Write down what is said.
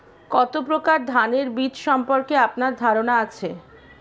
কত প্রকার ধানের বীজ সম্পর্কে আপনার ধারণা আছে?